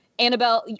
Annabelle